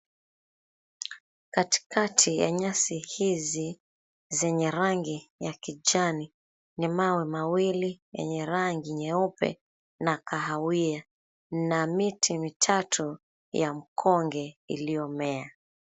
Katikati ya nyasi hizi zenye yangi ya kijani ni mawe mawili yenye rangi nyeupe na kahawia na miti mitatu ya mkonge iliyomea.